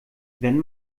wenn